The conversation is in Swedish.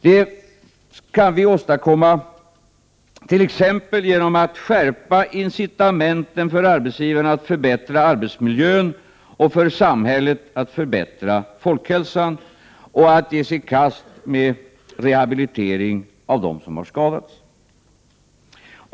Det kan vi åstadkomma t.ex. genom att skärpa incitamenten för arbetsgivarna att förbättra arbetsmiljön-och för samhället att förbättra folkhälsan och ge sig i kast med rehabilitering av dem som skadats.